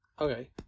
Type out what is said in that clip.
Okay